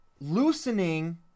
loosening